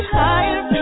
higher